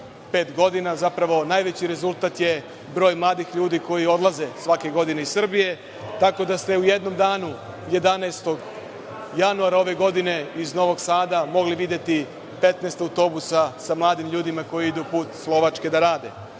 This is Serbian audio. godina. Zapravo, najveći rezultat je broj mladih ljudi koji odlaze svake godine iz Srbije, tako da ste u jednom danu, 11. januara ove godine, iz Novog Sada mogli videti 15 autobusa sa mladim ljudima koji idu put Slovačke da rade.